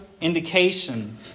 indication